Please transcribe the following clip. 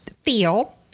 feel